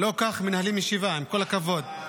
לא כך מנהלים ישיבה, עם כל הכבוד.